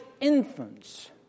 infants